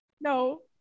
No